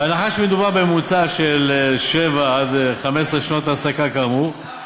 בהנחה שמדובר בממוצע של שבע עד 15 שנות העסקה כאמור,